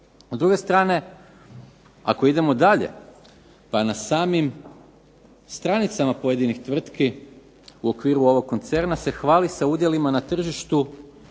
S druge strane ako idemo dalje, pa na samim stranicama pojedenih tvrtki u okviru ovog koncerna se hvali sa udjelima na tržištu